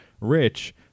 rich